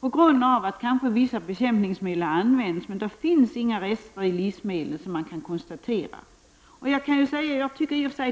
på grund av att vissa bekämpningsmedel kanske har använts. Men det finns inga konstaterbara reshalter i livsmedlen.